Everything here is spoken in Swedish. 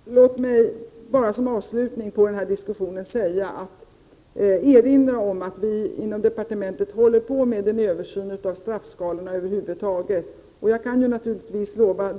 Herr talman! Låt mig bara som avslutning på diskussionen erinra om att vi inom departementet håller på med en översyn av straffskalorna över huvud taget. Jag kan lova